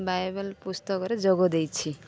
Bible ପୁସ୍ତକରେ ଯୋଗ ଦେଇଛି